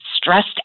stressed